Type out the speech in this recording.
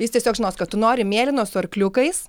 jis tiesiog žinos kad tu nori mėlyno su arkliukais